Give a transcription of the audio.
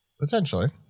potentially